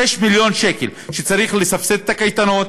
6 מיליון שקל וצריך לסבסד את הקייטנות,